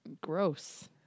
gross